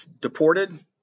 deported